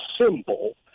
symbol